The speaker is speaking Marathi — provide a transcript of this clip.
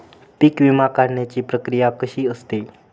पीक विमा काढण्याची प्रक्रिया कशी असते?